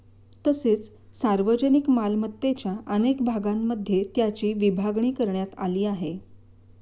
तसेच सार्वजनिक मालमत्तेच्या अनेक भागांमध्ये त्याची विभागणी करण्यात आली आहे